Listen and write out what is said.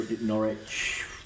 Norwich